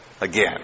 again